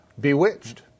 Bewitched